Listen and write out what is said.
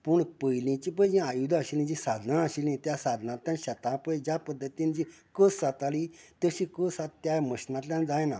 पूण पयलीची पळय जी आयुदां आशिल्ली जी साधनां आशिल्ली त्या साधनांचो त्या शेतां पळय ज्या पद्दतीन कस जाताली तशी कस आता त्या मशनांतल्यान जायना